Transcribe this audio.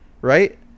right